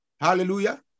Hallelujah